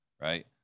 right